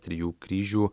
trijų kryžių